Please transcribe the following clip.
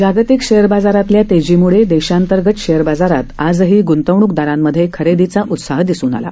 जागतिक शेअर बाजारातल्या तेजीमुळे देशांतर्गत शेअर बाजारात आजही गृंतवणूकदारांमधे खरेदीचा उत्साह दिसला